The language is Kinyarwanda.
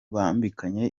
bambikanye